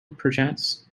perchance